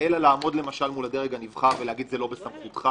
אלא לעמוד למשל מול הדרג הנבחר ולהגיד: זה לא בסמכותך,